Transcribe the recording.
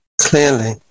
Clearly